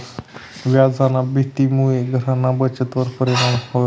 व्याजना भीतीमुये घरना बचतवर परिणाम व्हस